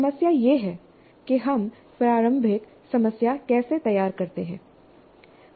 समस्या यह है कि हम प्रारंभिक समस्या कैसे तैयार करते हैं